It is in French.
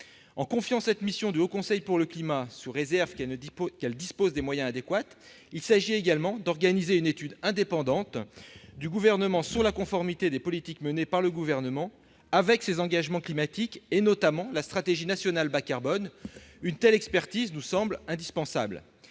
En confiant cette mission au Haut Conseil pour le climat, sous réserve qu'il dispose des moyens adéquats, il s'agit également d'organiser une étude indépendante du Gouvernement sur la conformité des politiques menées par celui-ci avec ses engagements climatiques, notamment la stratégie nationale bas-carbone. Une telle expertise nous semble indispensable.